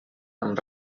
amb